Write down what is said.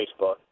Facebook